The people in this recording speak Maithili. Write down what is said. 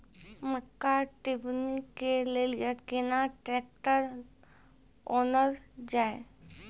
मक्का टेबनी के लेली केना ट्रैक्टर ओनल जाय?